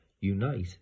unite